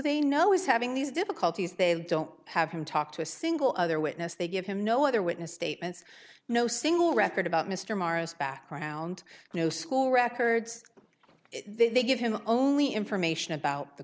they know is having these difficulties they don't have him talk to a single other witness they give him no other witness statements no single record about mr morrow's background no school records they give him only information about the